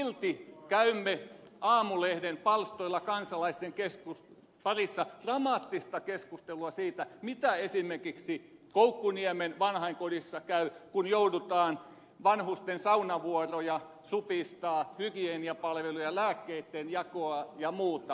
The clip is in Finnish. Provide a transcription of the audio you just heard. silti käymme aamulehden palstoilla kansalaisten parissa dramaattista keskustelua siitä miten esimerkiksi koukkuniemen vanhainkodissa käy kun joudutaan vanhusten saunavuoroja supistamaan hygieniapalveluja lääkkeitten jakoa ja muuta